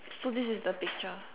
so this is the picture